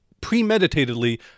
premeditatedly